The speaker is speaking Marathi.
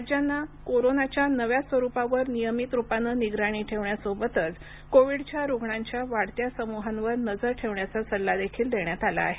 राज्यांना कोरोनाच्या नव्या स्वरुपावर नियमित रुपाने निगराणी ठेवण्यासोबतच कोविडच्या रुग्णांच्या वाढत्या समूहांवर नजर ठेवण्याचा सल्ला देखील देण्यात आला आहे